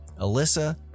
Alyssa